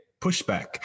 pushback